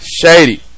Shady